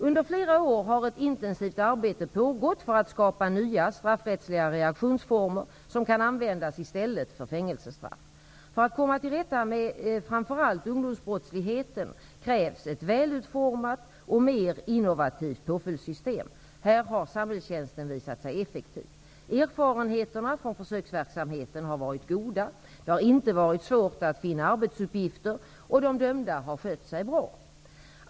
Under flera år har ett intensivt arbete pågått för att skapa nya straffrättsliga reaktionsformer som kan användas i stället för fängelsestraff. För att komma till rätta med framför allt ungdomsbrottsligheten krävs ett välutformat och mer innovativt påföljdssystem. Här har samhällstjänsten visat sig effektiv. Erfarenheterna från försöksverksamheten har varit goda; det har inte varit svårt att finna arbetsuppgifter, och de dömda har skött sig bra.